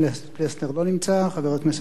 חבר הכנסת רוני בר-און איננו,